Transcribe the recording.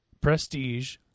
Prestige